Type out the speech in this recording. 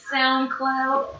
SoundCloud